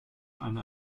eine